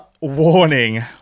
warning